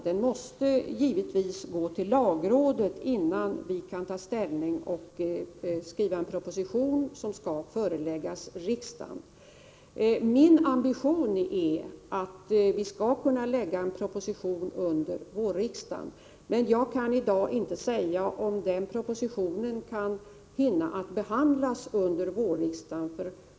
Förslaget måste givetvis gå till lagrådet innan vi kan ta ställning och skriva en proposition som skall föreläggas riksdagen. Min ambition är att vi skall kunna lägga fram en proposition under vårriksdagen, men jag kan i dag inte säga om den propositionen även hinner behandlas under vårriksdagen.